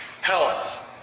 health